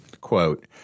Quote